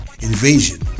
invasion